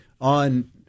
on